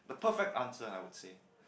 the perfect answer I would say